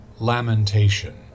lamentation